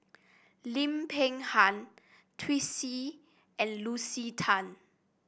Lim Peng Han Twisstii and Lucy Tan